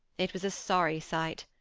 it was a sorry sight.